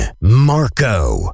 Marco